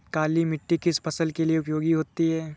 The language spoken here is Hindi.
काली मिट्टी किस फसल के लिए उपयोगी होती है?